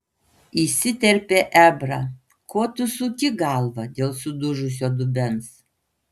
įsiterpė ebrą ko tu suki galvą dėl sudužusio dubens